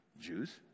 Jews